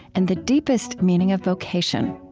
and the deepest meaning of vocation